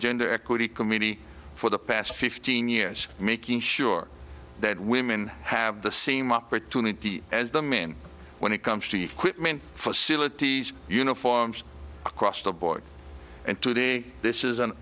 gender equity committee for the past fifteen years making sure that women have the same opportunity as them in when it comes to equipment facilities uniforms across the board and today this is a